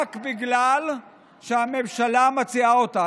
רק בגלל שהממשלה מציעה אותה.